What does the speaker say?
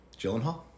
Gyllenhaal